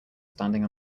standing